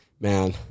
man